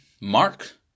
mark